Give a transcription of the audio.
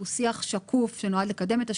הוא שיח שקוף שנועד לקדם את השקיפות,